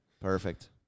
Perfect